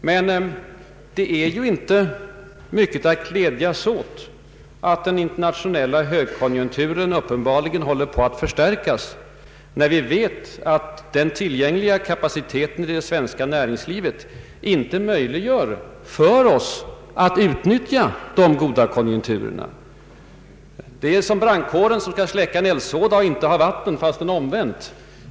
Men det är ju inte mycket att glädjas åt att den internationella högkonjunkturen uppenbar ligen håller på att förstärkas, när vi vet att den tillgängliga kapaciteten i det svenska näringslivet inte gör det möjligt för oss att utnyttja de goda konjunkturerna. Det är ju som om brandkåren som skall släcka en eldsvåda inte har vatten, fastän omvänt.